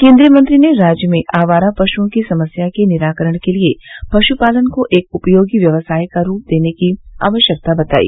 केन्द्रीय मंत्री ने राज्य में आवारा पशुओं की समस्या के निराकरण के लिये पशुपालन को एक उपयोगी व्यवसाय का रूप देने की आवश्यकता बताई